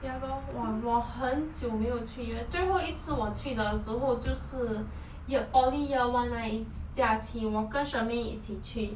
ya lor !wah! 我很久没有去 leh 最后一次我去的时候就是 ye~ poly year one 那一次假期我跟 shermaine 一起去